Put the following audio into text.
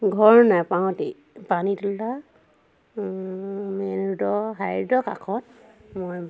ঘৰ নেপাওঁতেই পানীতোলা মেইন ৰোডৰ হাইৰোডৰ কাষত মই